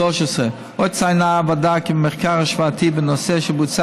עוד ציינה הוועדה כי במחקר השוואתי בנושא שבוצע